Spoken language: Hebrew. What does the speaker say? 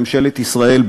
ממשלת ישראל,